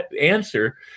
answer